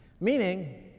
Meaning